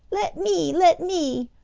let me! let me!